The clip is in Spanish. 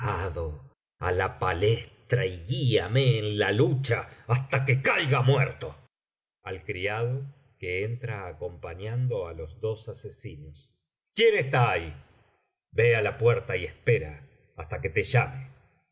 á la palestra y guíame en la lucha hasta que caiga muerto ai criado que entra acompañando á los dos asesinos quién está ahí ve á la puerta y espera hasta tue te llame